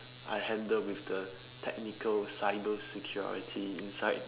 I handle with the technical cyber security inside